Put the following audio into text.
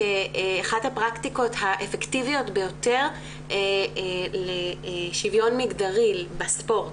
אחת הפרקטיקות האפקטיביות ביותר לשוויון מגדרי בספורט.